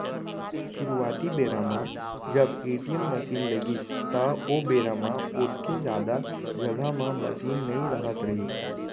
सुरूवाती बेरा म जब ए.टी.एम मसीन लगिस त ओ बेरा म ओतेक जादा जघा म मसीन नइ रहत रहिस